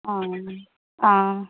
অঁ অঁ